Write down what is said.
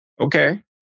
Okay